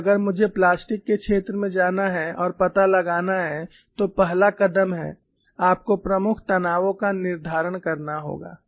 और अगर मुझे प्लास्टिक के क्षेत्र में जाना है और पता लगाना है तो पहला कदम है आपको प्रमुख तनावों का निर्धारण करना होगा